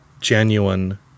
genuine